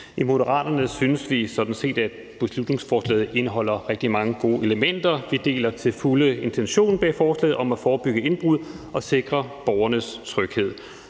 i Moderaterne synes vi sådan set, at beslutningsforslaget indeholder rigtig mange gode elementer. Vi deler til fulde intentionen bag forslaget om at forebygge indbrud og sikre borgernes tryghed.